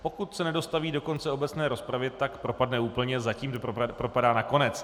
Pokud se nedostaví do konce obecné rozpravy, tak propadne úplně, zatím propadá na konec.